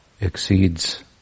Exceeds